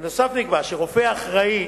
בנוסף, נקבע שרופא אחראי